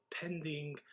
pending